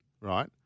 right